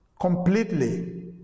completely